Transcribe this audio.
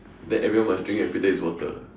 then everyone must drink and pretend it's water